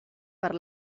per